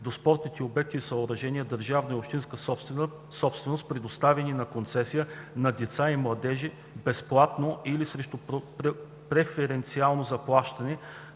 до спортните обекти и съоръжения – държавна и общинска собственост, предоставени на концесия, на деца и младежи безплатно или срещу преференциално заплащане,